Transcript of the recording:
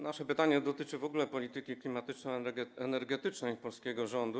Nasze pytanie dotyczy w ogóle polityki klimatyczno-energetycznej polskiego rządu.